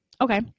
Okay